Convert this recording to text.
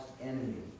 enemy